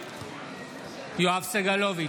יואב סגלוביץ'